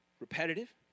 repetitive